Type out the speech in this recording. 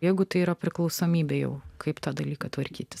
jeigu tai yra priklausomybė jau kaip tą dalyką tvarkytis